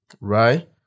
right